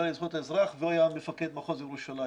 לזכויות האזרח והוא היה מפקד מחוז ירושלים